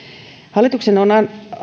hallituksen on